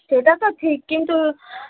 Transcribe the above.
সেটা তো ঠিক কিন্তু